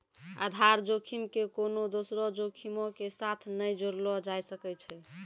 आधार जोखिम के कोनो दोसरो जोखिमो के साथ नै जोड़लो जाय सकै छै